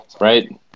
right